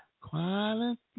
Quality